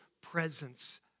presence